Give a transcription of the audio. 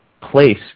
place